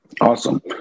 Awesome